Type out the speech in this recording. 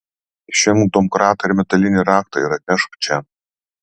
išimk domkratą ir metalinį raktą ir atnešk čia